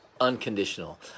unconditional